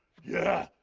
yeah,